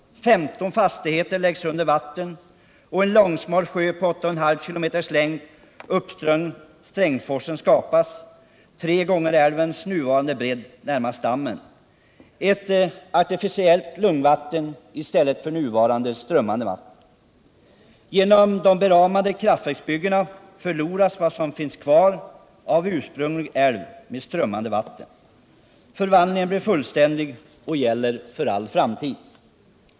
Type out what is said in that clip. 15 fastigheter läggs under vatten. En långsmal sjö på 8,5 km längd uppströms Strängsforsen skapas, tre gånger älvens nuvarande bredd närmast dammen: ett artificiellt lugnvatten i stället för nuvarande strömmande vatten. Genom de beramade kraftverksbyggena förloras vad som finns kvar av ursprunglig älv med strömmande vatten. Förvandlingen blir fullständig och gäller för all framtid.